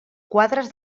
quadres